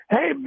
Hey